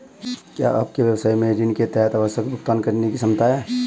क्या आपके व्यवसाय में ऋण के तहत आवश्यक भुगतान करने की क्षमता है?